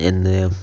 എന്ന്